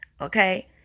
okay